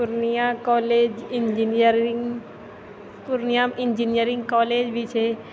Purnia college engineering पूर्णियामे engineering college भी छै